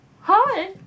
hi